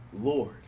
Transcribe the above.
Lord